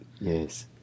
Yes